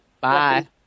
Bye